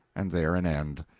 and there an end!